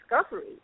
discovery